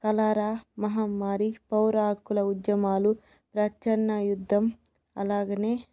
కలరా మహమ్మారి పౌరాకుల ఉద్యమాలు రచ్చన్న యుద్ధం అలాగనే